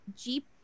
Jeep